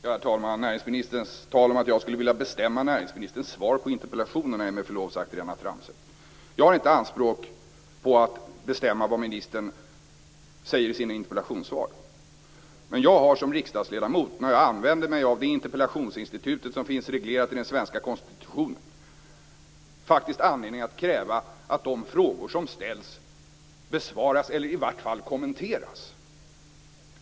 Herr talman! Näringsministerns tal om att jag skulle vilja bestämma näringsministerns svar på interpellationerna är, med förlov sagt, rena tramset. Jag gör inte anspråk på att bestämma vad ministern skall säga i sina interpellationssvar. Men jag har som riksdagsledamot, när jag använder mig av det interpellationsinstitut som finns reglerat i den svenska konstitutionen, faktiskt anledning att kräva att de frågor som ställs besvaras eller i varje fall kommenteras.